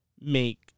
make